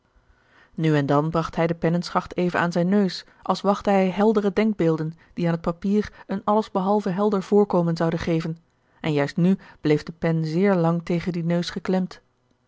nu en dan bragt hij de pennenschacht even aan zijn neus als wachtte hij heldere denkbeelden die aan het papier een alles behalve helder voorkomen zouden geven en juist nu bleef de pen zeer lang tegen dien neus geklemd